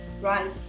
right